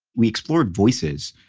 we explored voices.